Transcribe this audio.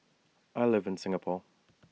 I live in Singapore